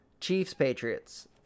Chiefs-Patriots